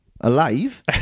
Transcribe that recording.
alive